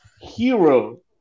hero